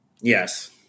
Yes